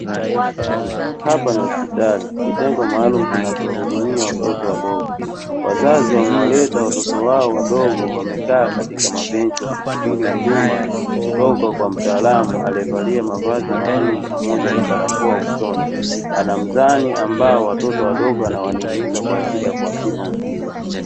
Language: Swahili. Hapa ni hospitali, kitengo maalumu kinachowahudumia watoto wadogo. Wazazi wamewaleta watoto wao wadogo, wamekaa katika mabenchi wakisubiri huduma kutoka kwa mtaalamu aliyevalia mavazi maalumu, pamoja na barakoa usoni. Ana mizani ambayo watoto wadogo anawaning'iniza, kwa ajili ya kuwapima uzito.